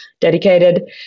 dedicated